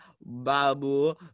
Babu